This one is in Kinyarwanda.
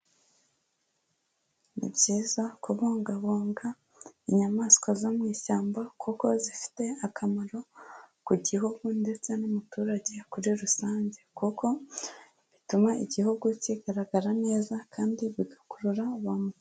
Ni byiza kubungabunga inyamaswa zo mu ishyamba kuko zifite akamaro ku gihugu ndetse n'umuturage kuri rusange kuko bituma igihugu kigaragara neza kandi bigakurura ba mukerarugendo.